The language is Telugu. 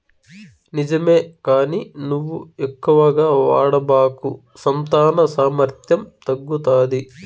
నిజమే కానీ నువ్వు ఎక్కువగా వాడబాకు సంతాన సామర్థ్యం తగ్గుతాది